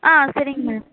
ஆ சரிங்க மேம்